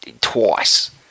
Twice